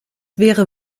wäre